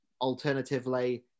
Alternatively